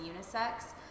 unisex